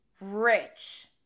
Rich